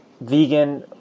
vegan